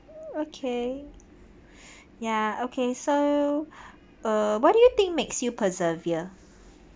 okay ya okay so uh what do you think makes you persevere